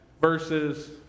Versus